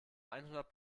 einhundert